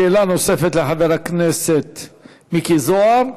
שאלה נוספת לחבר הכנסת מיקי זוהר,